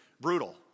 brutal